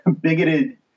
bigoted